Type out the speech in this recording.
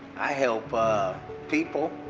i help people.